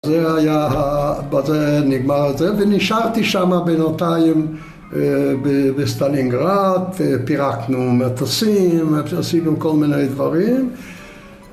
בזה נגמר זה, ונשארתי שם בינתיים בסטלינגרד, פירקנו מטוסים, עשינו כל מיני דברים